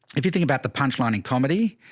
if you think about the punchline in comedy